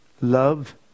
Love